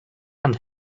and